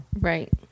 right